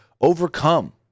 overcome